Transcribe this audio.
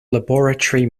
laboratory